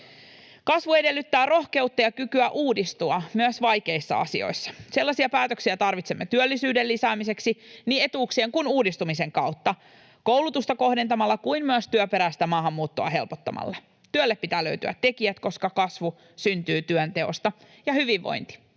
Kasvu edellyttää rohkeutta ja kykyä uudistua myös vaikeissa asioissa. Sellaisia päätöksiä tarvitsemme työllisyyden lisäämiseksi niin etuuksien kuin uudistamisen kautta, niin koulutusta kohdentamalla kuin työperäistä maahanmuuttoa helpottamalla. Työlle pitää löytyä tekijät, koska työnteosta syntyy kasvu ja hyvinvointi